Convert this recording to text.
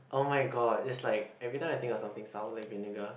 [oh]-my-god it's like every time I think of something sour like vinegar